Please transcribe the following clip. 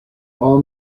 all